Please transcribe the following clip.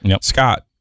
Scott